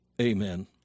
Amen